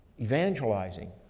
evangelizing